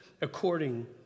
according